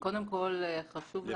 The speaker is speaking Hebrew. מדימונה,